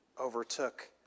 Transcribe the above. overtook